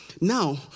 Now